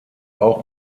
auch